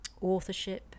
authorship